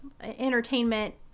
entertainment